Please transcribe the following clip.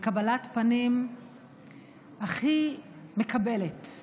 בקבלת פנים הכי מקבלת,